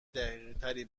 دقیقتری